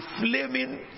flaming